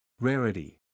Rarity